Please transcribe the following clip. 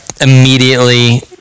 immediately